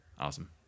Awesome